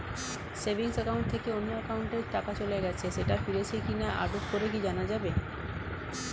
Savings account থেকে অন্য একাউন্টে টাকা চলে গেছে সেটা ফিরেছে কিনা আপডেট করে কি জানা যাবে?